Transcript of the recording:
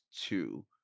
two